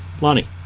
Lonnie